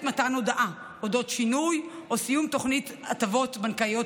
מתן הודעה על שינוי או סיום תוכנית הטבות בנקאיות